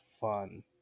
fun